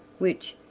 which,